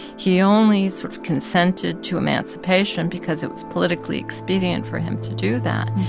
he only sort of consented to emancipation because it was politically expedient for him to do that.